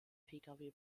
pkw